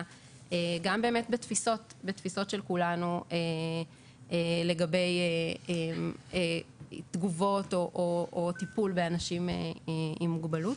גם בתפיסות של כולנו לגבי תגובות או טיפול באנשים עם מוגבלות.